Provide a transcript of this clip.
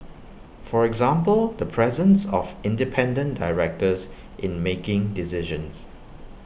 for example the presence of independent directors in making decisions